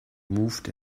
moved